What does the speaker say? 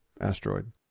asteroid